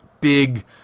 big